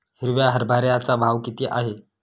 हिरव्या हरभऱ्याचा भाव किती आहे?